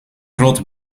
grote